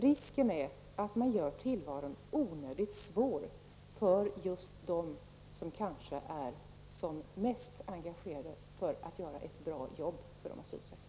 Risken är emellertid att man gör tillvaron onödigt svår just för den som är mest angelägen om att göra ett bra jobb för de asylsökande.